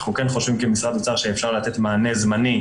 אנחנו כן חושבים שאפשר לתת מענה זמני,